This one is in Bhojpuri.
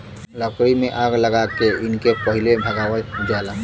लकड़ी में आग लगा के इनके पहिले भगावल जाला